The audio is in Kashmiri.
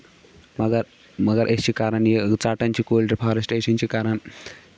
مَگر مَگرأسۍ چھِ کران یہِ ژَٹان چھِ کُلۍ ڈفارسٹریشن چھِ کران